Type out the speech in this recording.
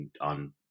on